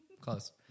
close